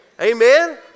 Amen